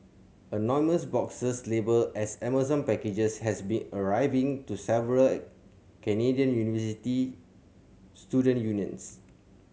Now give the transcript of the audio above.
anonymous boxes labelled as Amazon packages has been arriving to several Canadian university student unions